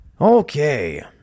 Okay